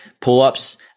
pull-ups